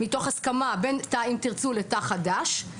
מתוך הסכמה בין תא "אם תרצו" לתא חד"ש.